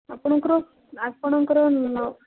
ଆପଣଙ୍କର ଆପଣଙ୍କର